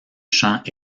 chant